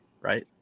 right